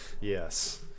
Yes